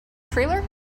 trailer